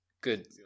good